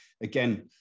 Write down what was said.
again